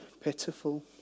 pitiful